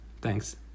thanks